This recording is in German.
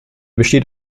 besteht